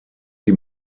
die